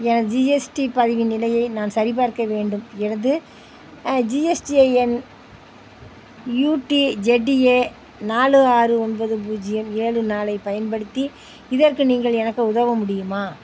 எனது ஜிஎஸ்டி பதிவின் நிலையை நான் சரிபார்க்க வேண்டும் எனது GSTIN U D Z A நாலு ஆறு ஒன்பது பூஜ்ஜியம் ஏழு நாலு ஐப் பயன்படுத்தி இதற்கு நீங்கள் எனக்கு உதவ முடியுமா